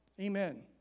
Amen